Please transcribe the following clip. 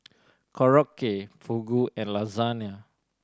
Korokke Fugu and Lasagna